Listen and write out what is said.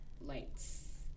Lights